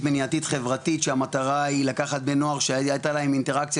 מניעתית חברתית שהמטרה היא לקחת בני נוער שהייתה להם אינטראקציה